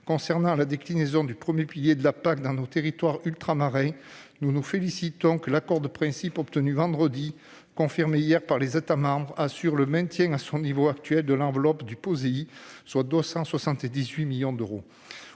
Concernant la déclinaison du premier pilier de la PAC dans nos territoires ultramarins, nous nous félicitons que l'accord de principe obtenu vendredi dernier et confirmé hier par les États membres assure le maintien à son niveau actuel de l'enveloppe du Poséi, le programme